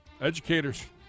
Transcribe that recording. educators